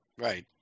Right